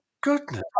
goodness